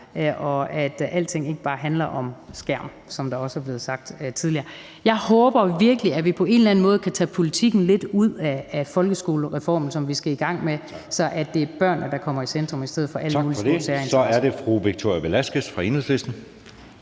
og at alting ikke bare handler om skærm, som det også er blevet sagt tidligere. Jeg håber virkelig, at vi på en eller anden måde kan tage politikken lidt ud af folkeskolereformen, som vi skal i gang med, så det er børnene, der kommer i centrum, i stedet for alle mulige små særinteresser. Kl. 14:25 Anden